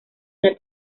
una